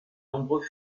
nombreux